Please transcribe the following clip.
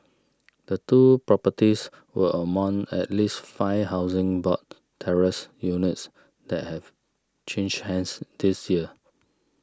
the two properties are among at least five Housing Board terraced units that have changed hands this year